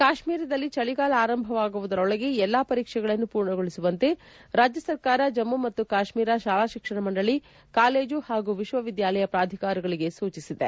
ಕಾಶ್ಮೀರದಲ್ಲಿ ಚಳಿಗಾಲ ಆರಂಭವಾಗುವುದರೊಳಗೆ ಎಲ್ಲಾ ಪರೀಕ್ಷೆಗಳನ್ನು ಮೂರ್ಣಗೊಳಿಸುವಂತೆ ರಾಜ್ಯ ಸರ್ಕಾರ ಜಮ್ಮು ಮತ್ತು ಕಾಶ್ಮೀರ ಶಾಲಾ ಶಿಕ್ಷಣ ಮಂಡಳಿ ಕಾಲೇಜು ಪಾಗೂ ವಿಶ್ವವಿದ್ಯಾಲಯ ಪ್ರಾಧಿಕಾರಗಳಿಗೆ ಸೂಚಿಸಿದೆ